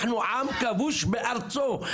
אנחנו עם כבוש בארצו.